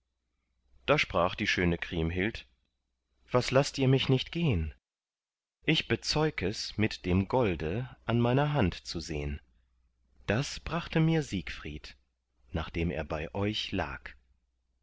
da sprach die schöne kriemhild was laßt ihr mich nicht gehn ich bezeug es mit dem golde an meiner hand zu sehn das brachte mir siegfried nachdem er bei euch lag